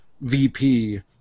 VP